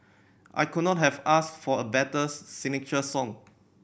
I could not have asked for a betters signature song